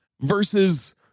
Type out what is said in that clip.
versus